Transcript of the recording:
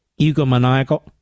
egomaniacal